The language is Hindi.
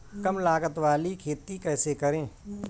कम लागत वाली खेती कैसे करें?